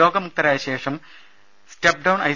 രോഗമുക്തരായ ശേഷം step down I